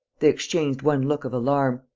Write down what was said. they exchanged one look of alarm.